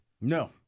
No